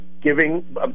giving